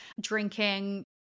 drinking